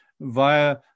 via